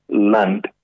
land